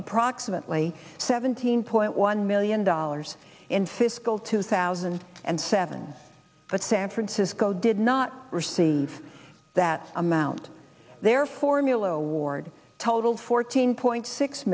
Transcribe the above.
approximately seventeen point one million dollars in fiscal two thousand and seven but san francisco did not receive that amount there formula award totals fourteen point six